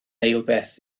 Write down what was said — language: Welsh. eilbeth